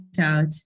out